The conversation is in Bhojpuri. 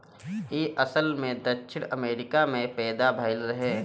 इ असल में दक्षिण अमेरिका में पैदा भइल रहे